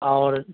اور